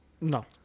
No